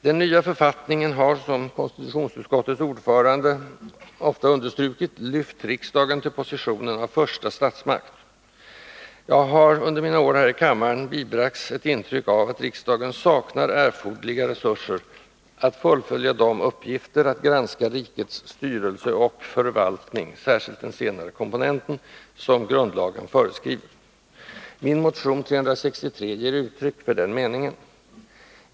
Den nya författningen har, som konstitutionsutskottets ordförande ofta understrukit, lyft riksdagen till positionen av första statsmakt. Jag har under mina år här i kammaren bibragts ett intryck att riksdagen saknar erforderliga resurser att fullfölja uppgiften att granska rikets styrelse och förvaltning, särskilt den senare komponenten, som grundlagen föreskriver. Min motion 1980/81:363 ger uttryck för den meningen.